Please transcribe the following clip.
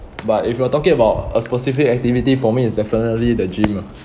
but if you were talking about a specific activity for me it's definitely the gym ah